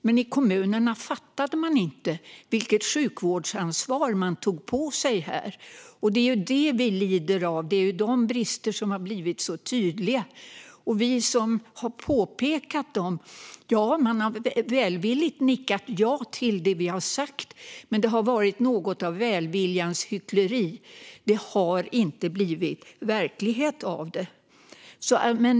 Men i kommunerna förstod man inte vilket sjukvårdsansvar man tog på sig, och det är de bristerna som har blivit så tydliga. Vi har påpekat bristerna, och man har välvilligt nickat ja till det vi har sagt. Men det har varit något av välviljans hyckleri, och det har inte blivit verklighet av välviljan.